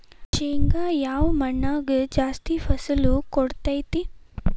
ಶೇಂಗಾ ಯಾವ ಮಣ್ಣಾಗ ಜಾಸ್ತಿ ಫಸಲು ಕೊಡುತೈತಿ?